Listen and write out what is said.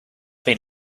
been